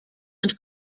and